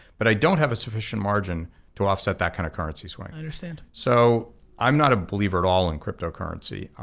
but i don't have a sufficient margin to offset that kind of currency swing. i understand. so i'm not a believer at all in crypto currency.